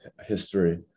history